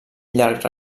llarg